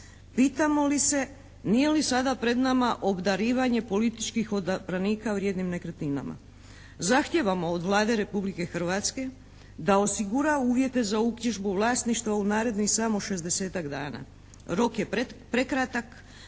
Pitamo li se nije li sada pred nama obdarivanje političkih odabranika vrijednim nekretninama? Zahtijevamo od Vlade Republike Hrvatske da osigura uvjete za uknjižbu vlasništva u narednih samo šezdesetak dana. Rok je prekratak,